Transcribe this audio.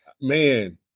Man